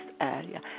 area